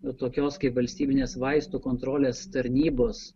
tokios kaip valstybinės vaistų kontrolės tarnybos